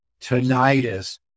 tinnitus